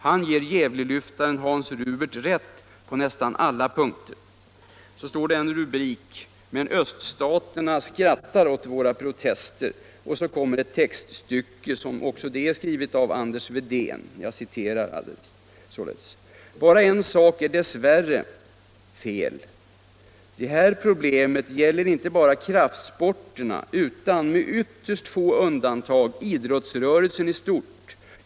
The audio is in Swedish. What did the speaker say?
Han ger Gävlelyftaren Hans Rubert rätt på nästan alla punkter" Därefter följer en rubrik där det står: ”Men öststaterna skrattar åt våra Sedan står ett textstycke också skrivet av Anders Wedén. Jag citerar: ”- Bara en sak är dessvärre fel. Det här problemet gäller inte bara kraftsporterna utan, med ytterst få undantag, idrottsrörelsen i stort.